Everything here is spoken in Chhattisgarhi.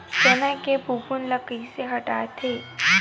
चना के फफूंद ल कइसे हटाथे?